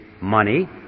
money